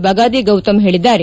ಬಗಾದಿ ಗೌತಮ್ ಹೇಳಿದ್ದಾರೆ